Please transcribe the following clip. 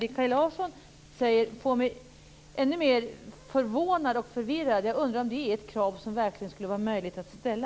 Det Kaj Larsson säger gör mig ännu mer förvånad och förvirrad. Jag undrar om det är krav som verkligen skulle vara möjligt att ställa.